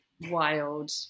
wild